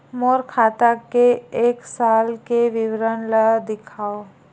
मोर खाता के एक साल के विवरण ल दिखाव?